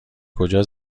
کجا